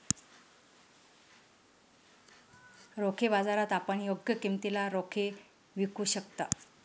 रोखे बाजारात आपण योग्य किमतीला रोखे विकू शकता